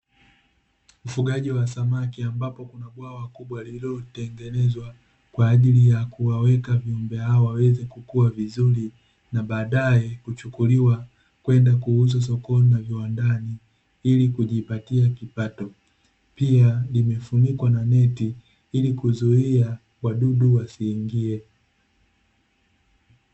Ufugaji wa samaki ambapo kuna bwawa kubwa lililotengenezwa, kwa ajili ya kuwaweka viumbe hao waweze kukua vizuri, na baadaye kuchukuliwa kwenda kuuzwa sokoni na viwandani, ili kujipatia kipato. Pia limefunikwa na neti, ili kuzuia wadudu wasiingie.